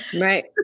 Right